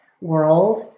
world